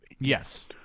Yes